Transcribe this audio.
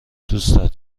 دوستت